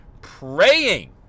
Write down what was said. praying